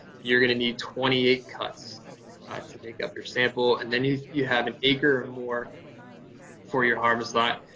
you're gonna need twenty eight cuts to make up your sample. and then if you have an acre or more for your harvest lot,